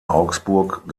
augsburg